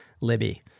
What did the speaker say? Libby